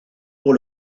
pour